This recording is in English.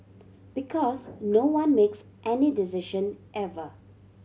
because no one makes any decision ever